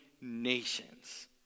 nations